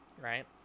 Right